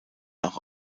auch